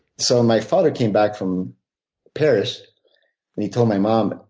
so my father came back from paris and he told my mom, and